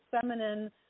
feminine